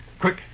Quick